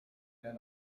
and